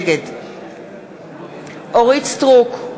נגד אורית סטרוק,